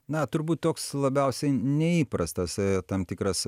na turbūt toks labiausiai neįprastas tam tikras